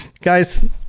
guys